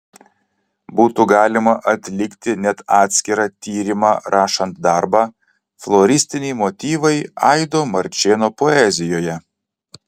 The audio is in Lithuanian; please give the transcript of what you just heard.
būtų galima atlikti net atskirą tyrimą rašant darbą floristiniai motyvai aido marčėno poezijoje